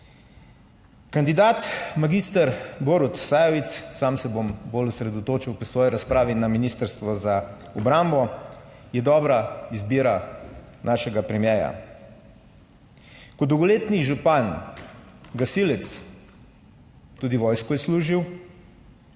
Kandidat magister Borut Sajovic, sam se bom bolj osredotočil po svoji razpravi na Ministrstvo za obrambo, je dobra izbira našega premierja. Kot dolgoletni župan, gasilec, tudi vojsko je služil,